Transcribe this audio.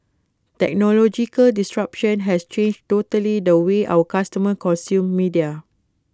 technological disruption has totally changed the way our customers consume media